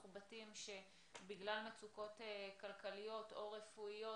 בתים שבגלל מצוקות כלכליות או רפואיות,